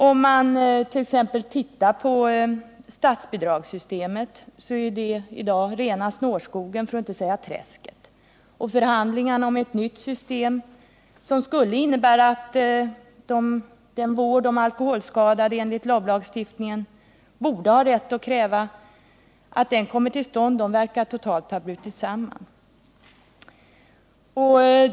Om man t.ex. tittar på statsbidragssystemet finner man att det i dag är rena snårskogen, för att inte säga träsket. Förhandlingarna om ett nytt system, som skulle innebära att den vård de alkoholskadade enligt LOB-lagstiftningen har rätt att kräva verkligen kunde ges, verkar ha brutit samman totalt.